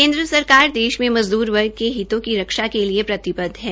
केन्द्र सरकार देश ने मजूदर वर्ग के हितों की रक्षा के लिए प्रतिबदव है